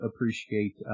appreciate